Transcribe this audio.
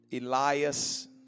Elias